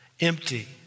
Empty